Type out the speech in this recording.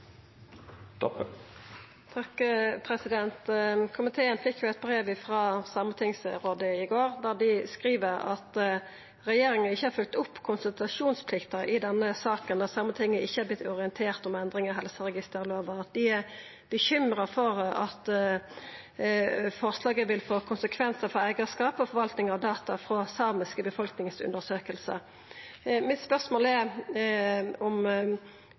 Komiteen fekk eit brev frå Sametingsrådet i går, der dei skriv at regjeringa ikkje har følgt opp konsultasjonsplikta i denne saka, da Sametinget ikkje har vorte orientert om endring i helseregisterlova. Dei er bekymra for at forslaget vil få konsekvensar for eigarskap og forvalting av data frå samiske befolkningsundersøkingar. Mitt spørsmål er om